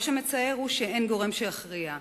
מה שמצער הוא שאין גורם שיכריע,